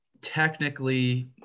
technically